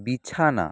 বিছানা